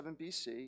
BC